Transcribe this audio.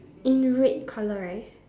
in red colour right